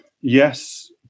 Yes